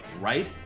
right